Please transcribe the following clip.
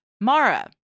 Mara